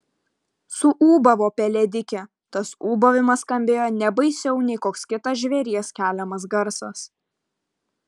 suūbavo pelėdikė tas ūbavimas skambėjo ne baisiau nei koks kitas žvėries keliamas garsas